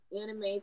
anime